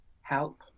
help